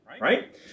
right